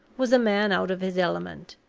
was a man out of his element,